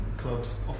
clubs